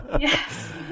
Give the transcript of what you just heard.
Yes